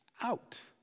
out